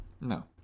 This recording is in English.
no